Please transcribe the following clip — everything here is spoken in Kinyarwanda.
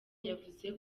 yavuze